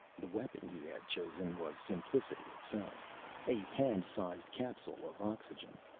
the weapon he had chosen was simplicity itself a hand-sized capsule of oxygen.